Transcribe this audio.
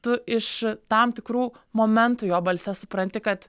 tu iš tam tikrų momentų jo balse supranti kad